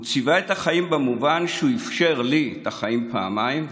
הוא ציווה את החיים במובן שהוא אפשר לי את החיים פעמיים,